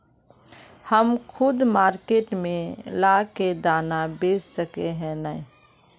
हम खुद मार्केट में ला के दाना बेच सके है नय?